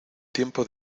tiempo